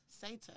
Satan